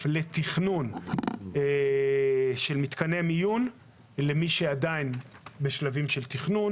לתכנון של מתקני מיון לאלה שעדיין בשלבים של תכנון.